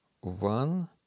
one